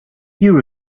here